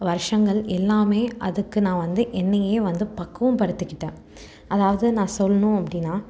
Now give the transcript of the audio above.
வருஷங்கள் எல்லாமே அதுக்கு நான் வந்து என்னையே வந்து பக்குவம் படுத்திக்கிட்டேன் அதாவது நான் சொல்லணும் அப்படின்னா